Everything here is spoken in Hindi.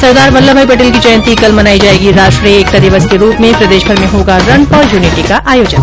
सरदार वल्लभ भाई पटेल की जयंती कल मनाई जायेगी राष्ट्रीय एकता दिवस के रूप में प्रदेशभर में होगा रन फोर यूनिटी का आयोजन